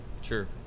Sure